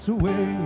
away